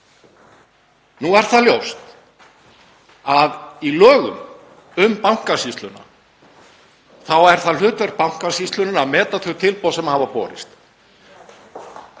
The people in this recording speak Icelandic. Nú er það ljóst að í lögum um Bankasýsluna er hlutverk Bankasýslunnar að meta þau tilboð sem hafa borist.